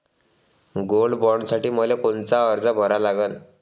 Gold बॉण्डसाठी मले कोनचा अर्ज भरा लागन?